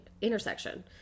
intersection